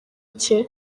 cye